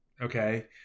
okay